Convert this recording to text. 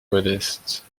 modestes